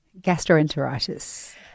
gastroenteritis